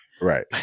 Right